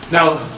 Now